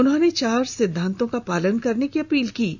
उन्होंने चार सिद्वांतों का पालन करने की अपील की है